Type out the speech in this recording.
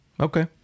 Okay